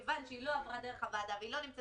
מכיוון שהיא לא עברה דרך הוועדה והיא לא נמצאת